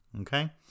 Okay